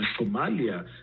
Somalia